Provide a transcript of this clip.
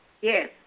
Yes